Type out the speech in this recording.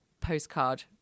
postcard